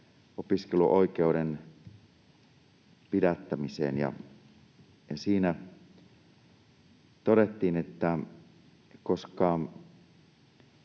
opiskeluoikeuden pidättämiseen. Siinä todettiin, että koska